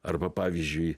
arba pavyzdžiui